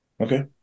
Okay